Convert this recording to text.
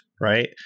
right